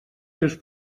seus